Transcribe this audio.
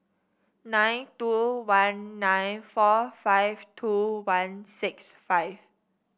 nine two one nine four five two one six five